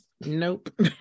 Nope